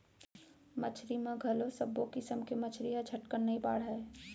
मछरी म घलौ सब्बो किसम के मछरी ह झटकन नइ बाढ़य